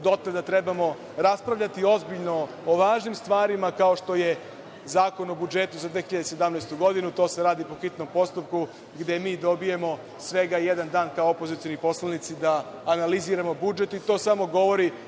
dotle da trebamo raspravljati ozbiljno o važnim stvarima, kao što je Zakon o budžetu za 2017. godinu, to se radi po hitnom postupku, gde mi dobijemo svega jedan dan, kao opozicioni poslanici, da analiziramo budžet. To samo govori